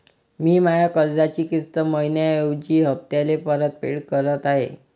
मी माया कर्जाची किस्त मइन्याऐवजी हप्त्याले परतफेड करत आहे